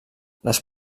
les